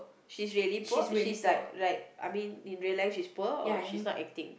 she's really poor she's like like I mean in real life she's poor or she's not acting